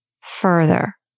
further